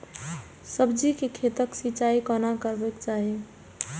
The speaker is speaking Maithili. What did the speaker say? सब्जी के खेतक सिंचाई कोना करबाक चाहि?